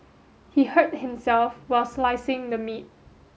he hurt himself while slicing the meat